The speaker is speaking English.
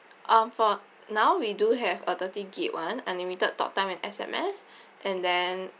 um for now we do have a thirty gig [one] unlimited talk time and S_M_S and then